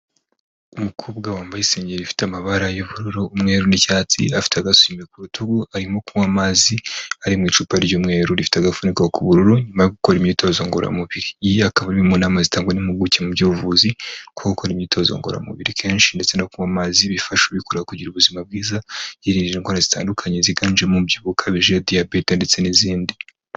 Umukobwa wambaye isengeri ifite amabara y'ubururu, umweru n'icyatsi; afite agaswime ku rutugu, arimo kunywa amazi ari mu icupa ry'umweru rifite agafuniko k'ubururu, nyuma yo gukora imyitozo ngororamubiri. Iyi ikaba mu nama zitanga n'impuguke mu by'ubuvuzi, ko gukora imyitozo ngororamubiri kenshi ndetse no kunywa amazi, bifasha ubikora kugira ubuzima bwiza, yirinda indwara zitandukanye ziganjemo umubyibuho ukabije, diabete, ndetse n'izindi.